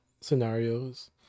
scenarios